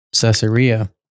caesarea